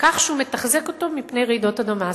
כך שהוא מתחזק אותו מפני רעידות אדמה.